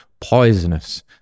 poisonous